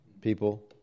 People